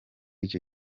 icyo